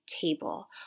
table